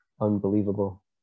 unbelievable